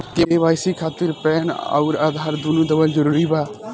KYC खातिर PAN आउर आधार दुनों देवल जरूरी बा?